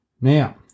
Now